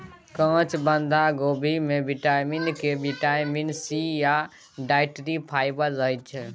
काँच बंधा कोबी मे बिटामिन के, बिटामिन सी या डाइट्री फाइबर रहय छै